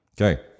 Okay